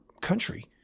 country